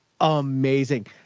amazing